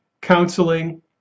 counseling